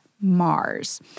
Mars